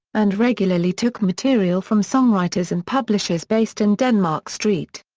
and regularly took material from songwriters and publishers based in denmark street.